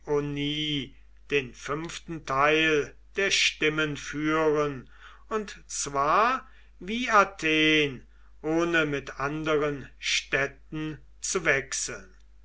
den fünften teil der stimmen führen und zwar wie athen ohne mit anderen städten zu wechseln